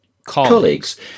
colleagues